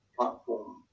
platform